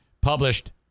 published